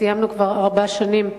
סיימנו כבר ארבע שנים,